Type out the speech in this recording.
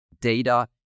data